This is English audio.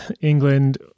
England